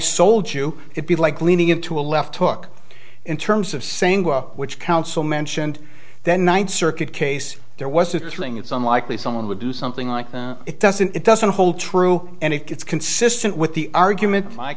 sold you it be like leaning into a left hook in terms of saying which council mentioned then ninth circuit case there was a thing it's unlikely someone would do something like that it doesn't it doesn't hold true and it's consistent with the argument m